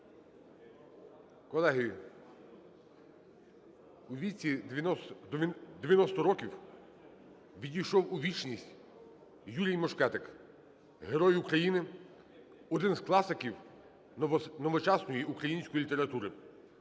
Колеги, у віці 90 років відійшов у вічність Юрій Мушкетик – Герой України, один із класиків новочасної української літератури.